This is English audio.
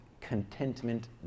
contentment